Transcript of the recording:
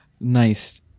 nice